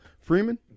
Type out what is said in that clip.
Freeman